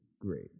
great